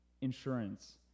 insurance